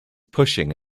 pushing